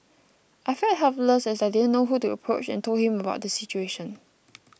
I felt helpless as I didn't know who to approach and told him about the situation